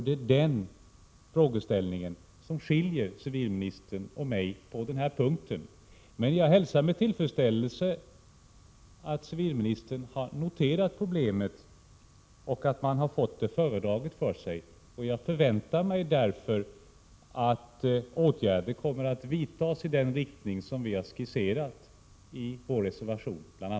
Det är den frågeställningen som skiljer civilministern och mig på denna punkt. Men jag hälsar med tillfredsställelse att civilministern har noterat problemet och att han har fått det föredraget för sig. Jag förväntar mig därför att åtgärder kommer att vidtas i den riktning som vi har skisserat bl.a. i vår reservation.